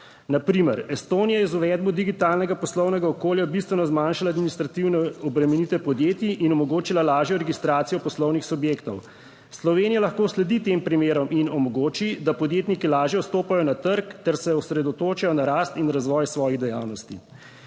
na primer Estonija je z uvedbo digitalnega poslovnega okolja bistveno zmanjšala administrativne obremenitve podjetij in omogočila lažjo registracijo poslovnih subjektov. Slovenija lahko sledi tem primerom in omogoči, da podjetniki lažje vstopajo na trg ter se osredotočijo na rast in razvoj svojih dejavnosti.